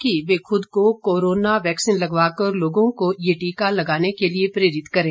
कि वे खुद को कोरोना वैक्सीन लगवा कर लोगों को यह टीका लगाने के लिए प्रेरित करें